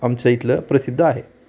आमच्या इथलं प्रसिद्ध आहे